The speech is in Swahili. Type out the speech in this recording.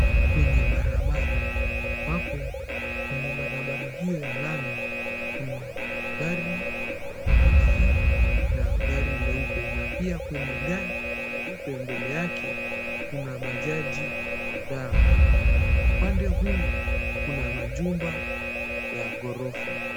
Kwenye barabara, ambapo kwenye barabara hiyo ya lami, kuna gari leusi na gari leupe. Na pia kwenye gari leupe mbele yake, kuna bajaji kadhaa. Na upande huu kuna majumba ya ghorofa.